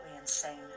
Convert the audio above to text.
insane